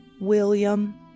William